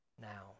now